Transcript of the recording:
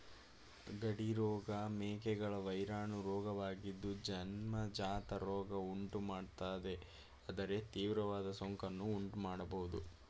ಗಡಿ ರೋಗ ಮೇಕೆಗಳ ವೈರಾಣು ರೋಗವಾಗಿದ್ದು ಜನ್ಮಜಾತ ರೋಗ ಉಂಟುಮಾಡ್ತದೆ ಆದರೆ ತೀವ್ರವಾದ ಸೋಂಕನ್ನು ಉಂಟುಮಾಡ್ಬೋದು